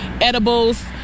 edibles